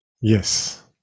Yes